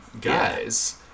guys